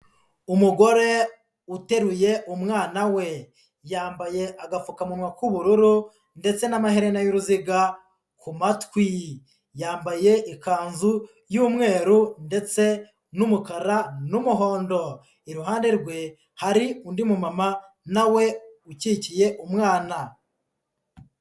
Umugore uteruye umwana we, yambaye agapfukamunwa k'ubururu ndetse n'amaherena y'uruziga ku matwi, yambaye ikanzu y'umweru ndetse n'umukara n'umuhondo, iruhande rwe hari undi mumama na we ukikiye umwana.